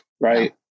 right